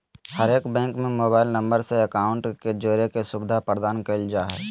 हरेक बैंक में mobile number से अकाउंट के जोड़े के सुविधा प्रदान कईल जा हइ